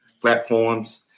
platforms